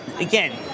again